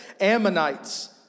Ammonites